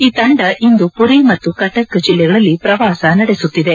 ಈ ತಂಡ ಇಂದು ಪುರಿ ಮತ್ತು ಕಟಕ್ ಜಿಲ್ಲೆಗಳಲ್ಲಿ ಪ್ರವಾಸ ನಡೆಸುತ್ತಿದೆ